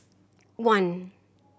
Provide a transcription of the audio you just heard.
one